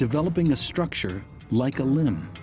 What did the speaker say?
developing a structure like a limb.